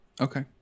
Okay